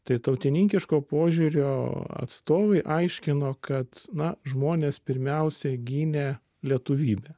tai tautininkiško požiūrio atstovai aiškino kad na žmonės pirmiausia gynė lietuvybę